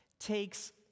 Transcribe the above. takes